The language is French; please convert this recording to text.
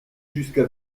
jusqu’à